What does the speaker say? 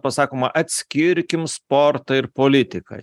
pasakoma atskirkim sportą ir politiką